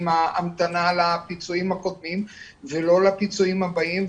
לא עם ההמתנה לפיצויים הקודמים ולא להמתנה לפיצויים הבאים,